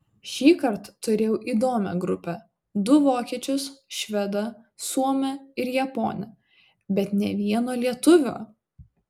šįkart turėjau įdomią grupę du vokiečius švedą suomę ir japonę bet nė vieno lietuvio